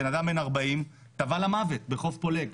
בן אדם בן 40 טבע למוות בחוף פולג.